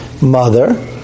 mother